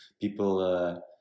people